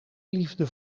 liefde